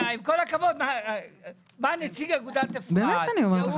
עם כל הכבוד, בא נציג אגודת אפרת, שהוא